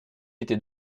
était